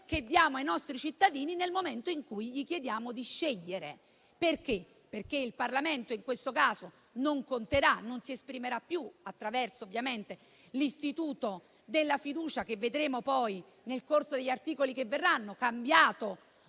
che diamo ai nostri cittadini nel momento in cui gli chiediamo di scegliere. Il Parlamento in questo caso non conterà e non si esprimerà più attraverso l'istituto della fiducia, che vedremo poi, nel corso degli articoli che verranno, cambiato